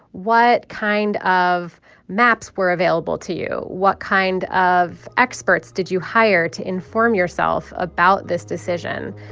what kind of maps were available to you? what kind of experts did you hire to inform yourself about this decision?